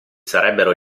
sarebbero